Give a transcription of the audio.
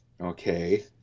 okay